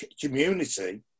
community